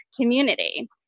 community